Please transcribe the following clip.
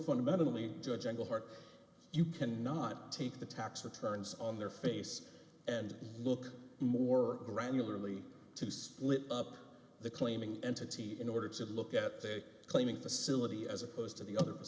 fundamentally judging the heart you can not take the tax returns on their face and look more granularly to split up the claiming entity in order to look at their claiming facility as opposed to the other